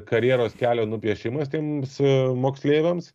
karjeros kelio nupiešimas tiems moksleiviams